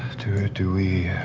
do we